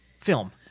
film